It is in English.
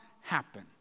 happen